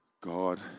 God